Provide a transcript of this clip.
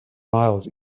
miles